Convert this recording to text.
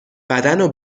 بدنو